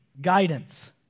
guidance